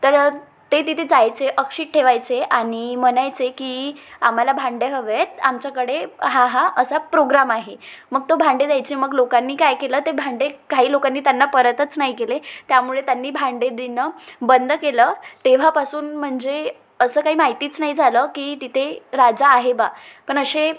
तर ते तिथे जायचे अक्षित ठेवायचे आणि म्हणायचे की आम्हाला भांडे हवेेत आमच्याकडे हा हा असा प्रोग्राम आहे मग तो भांडे द्यायचे मग लोकांनी काय केलं ते भांडे काही लोकांनी त्यांना परतच नाही केले त्यामुळे त्यांनी भांडे देणं बंद केलं तेव्हापासून म्हणजे असं काही माहितीच नाही झालं की तिथे राजा आहे बा पण असे